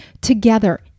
together